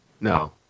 No